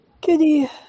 Kitty